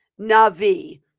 Navi